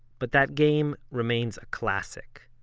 but that game remains a classic.